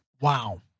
Wow